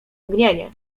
mgnienie